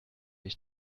ich